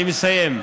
אני מסיים.